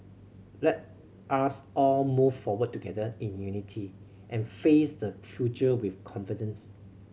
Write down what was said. let us all move forward together in unity and face the future with confidence